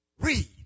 Read